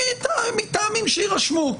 מטעמים שיירשמו.